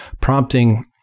prompting